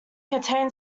contain